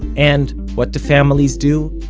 and what do families do?